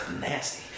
nasty